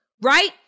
right